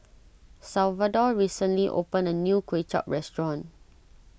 Salvador recently opened a new Kway Chap restaurant